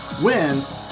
wins